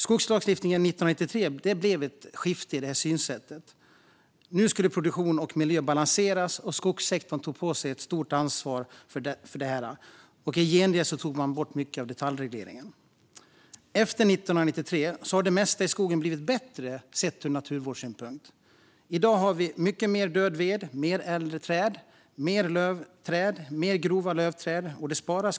Skogslagstiftningen 1993 innebar ett skifte i synsätt. Nu skulle produktion och miljö balanseras, och skogssektorn tog på sig ett stort ansvar för detta. I gengäld tog man bort mycket av detaljregleringen. Efter 1993 har det mesta i skogen blivit bättre sett ur naturvårdssynpunkt. I dag har vi mycket mer död ved, fler äldre träd, fler lövträd och fler grova lövträd.